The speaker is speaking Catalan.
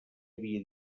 havia